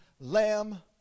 Lamb